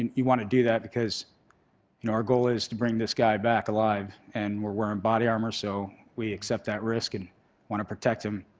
and you want to do that because and our goal is to bring this guy back alive and we're wearing body armor so we accept that risk and want to protect him.